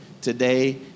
today